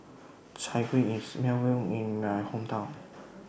Chai Kueh IS Well known in My Hometown